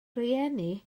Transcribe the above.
rhieni